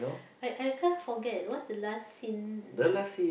I I can't forget what's the last scene means